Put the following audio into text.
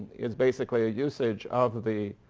it's basically a usage of the